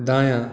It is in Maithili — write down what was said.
दायाँ